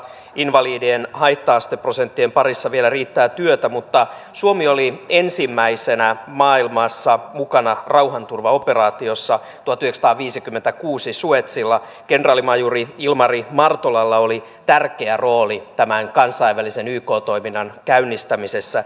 invalidien haitta asteprosenttien parissa vielä riittää työtä mutta suomi oli ensimmäisenä maailmassa mukana rauhanturvaoperaatiossa potista viisikymmentäkuusi suezilla kenraalimajuri ilmari martolalla oli tärkeä rooli tämän toisella asteella myös koulutuslaitoksille itselleen